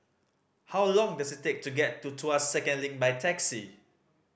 how long does it take to get to Tuas Second Link by taxi